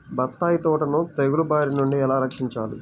బత్తాయి తోటను తెగులు బారి నుండి ఎలా రక్షించాలి?